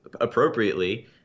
appropriately